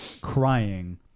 crying